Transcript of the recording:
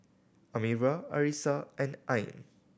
Amirah Arissa and Ain